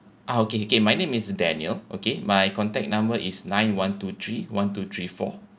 ah okay okay my name is daniel okay my contact number is nine one two three one two three four